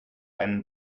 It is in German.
einen